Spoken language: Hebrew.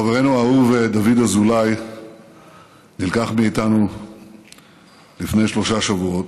חברינו האהוב דוד אזולאי נלקח מאיתנו לפני שלושה שבועות.